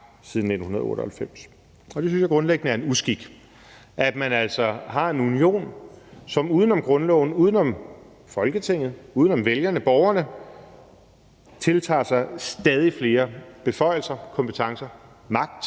siden 1998, og det synes jeg grundlæggende er en uskik, at man altså har en union, som uden om grundloven, uden om Folketinget, uden om vælgerne og borgerne tiltager sig stadig flere beføjelser, kompetencer og